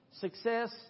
success